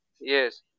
Yes